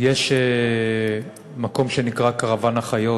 יש מקום שנקרא "קרוון החיות"